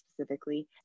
specifically